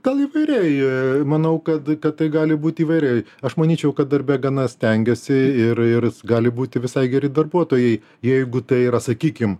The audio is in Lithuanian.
gal įvairiai manau kad kad tai gali būti įvairiai aš manyčiau kad darbe gana stengiasi ir ir gali būti visai geri darbuotojai jeigu tai yra sakykim